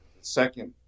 second